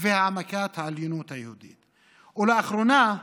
והעמקת העליונות היהודית, ולאחרונה,